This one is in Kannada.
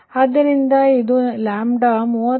ಆದ್ದರಿಂದ ಇದು λ 39